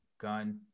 Gun